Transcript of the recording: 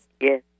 Yes